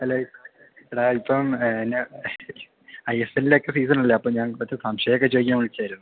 hello എടാ ഇപ്പം പിന്നെ ഐ എസ് എല്ലിൻ്റെയൊക്കെ സീസണല്ലേ അപ്പം ഞാൻ കുറച്ച് സംശയമൊക്കെ ചോദിക്കാൻ വിളിച്ചതായിരുന്നു